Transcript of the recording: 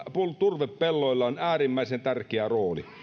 turvepelloilla on äärimmäisen tärkeä rooli